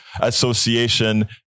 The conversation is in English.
Association